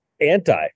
anti